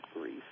grief